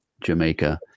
Jamaica